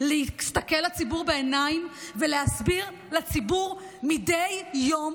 להסתכל לציבור בעיניים ולהסביר לציבור מדי יום